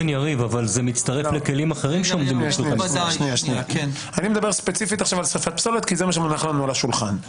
אני מדבר עכשיו ספציפית על שריפת פסולת כי זה מה שמונח לנו על השולחן.